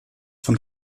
von